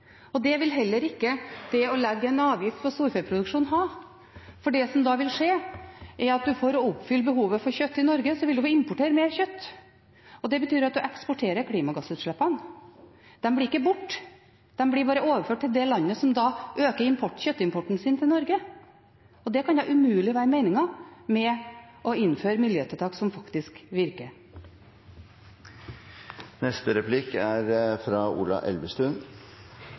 miljøeffekt. Det vil heller ikke det å legge en avgift på storfeproduksjon ha, for det som da vil skje, er at for å oppfylle behovet for kjøtt i Norge vil en importere mer kjøtt. Det betyr at en eksporterer klimagassutslippene. De blir ikke borte, de blir bare overført til det landet som da øker kjøtteksporten sin til Norge. Det kan umulig være meningen med å innføre miljøtiltak som faktisk virker.